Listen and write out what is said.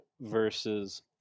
versus